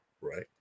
right